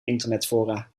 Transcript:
internetfora